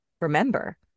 remember